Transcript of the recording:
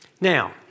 Now